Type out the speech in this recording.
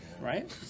Right